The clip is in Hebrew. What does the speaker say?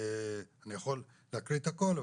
אני יכול להקריא את הכול,